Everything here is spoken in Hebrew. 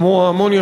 כמו האמוניה,